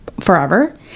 forever